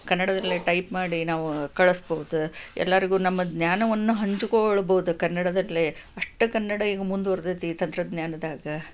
ಕನ್ನಡದಲ್ಲೇ ಟೈಪ್ ಮಾಡಿ ನಾವು ಕಳಸ್ಬೌದು ಎಲ್ಲರಿಗೂ ನಮ್ಮ ಜ್ಞಾನವನ್ನು ಹಂಚಿಕೊಳ್ಬೌದು ಕನ್ನಡದಲ್ಲೇ ಅಷ್ಟು ಕನ್ನಡ ಈಗ ಮುಂದುವರಿದೈತಿ ತಂತ್ರಜ್ಞಾನದಾಗ